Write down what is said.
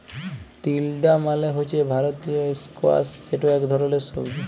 তিলডা মালে হছে ভারতীয় ইস্কয়াশ যেট ইক ধরলের সবজি